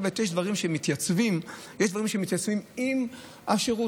יש דברים שמתייצבים עם השירות.